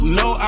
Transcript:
no